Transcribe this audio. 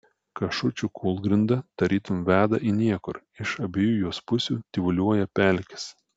kašučių kūlgrinda tarytum veda į niekur iš abiejų jos pusių tyvuliuoja pelkės